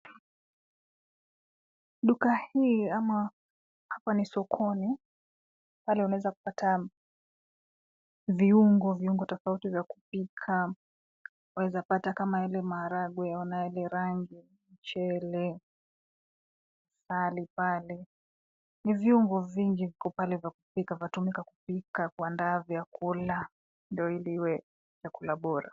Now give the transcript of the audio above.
Duka hii ama hapa ni sokoni pale unaeza kupata viungo, viungo tofauti vya kupika. Weza pata kama ile maharagwe, ona hile rangi, michele, sali, pale. Ni viungo vingi viko pale vya kupika, vyatumika kupika, kuandaa vyakula ndo ili iwe chakula bora.